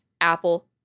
Apple